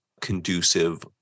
conducive